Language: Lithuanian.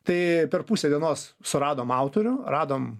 tai per pusę dienos suradom autorių radom